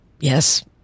Yes